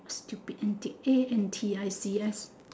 stupid antic A N T I C S